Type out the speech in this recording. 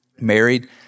Married